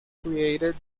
created